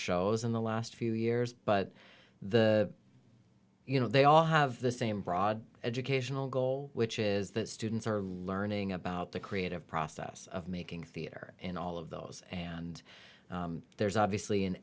shows in the last few years but the you know they all have the same broad educational goal which is that students are learning about the creative process of making theatre in all of those and there's obviously in